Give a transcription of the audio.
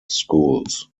schools